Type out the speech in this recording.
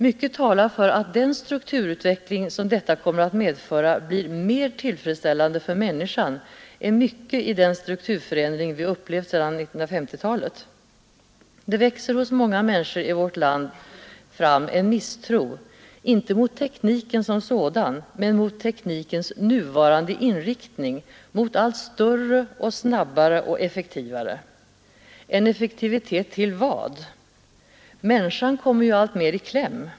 Mycket talar för att den strukturut veckling som detta kommer att medföra blir mer tillfredsställande för människan än mycket i den strukturförändring vi upplevt sedan 1950-talet. Det växer hos många människor i vårt land fram en misstro, inte mot tekniken som sådan men mot teknikens nuvarande inriktning mot allt större, snabbare och effektivare. En effektivitet till vad? Människan kommer alltmer i kläm.